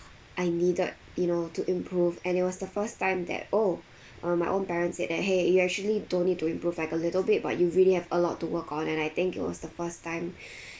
I needed you know to improve and it was the first time that oh uh my own parents said that !hey! you actually don't need to improve like a little bit but you really have a lot to work on and I think it was the first time